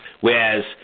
Whereas